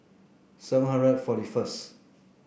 seven hundred forty first